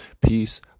peace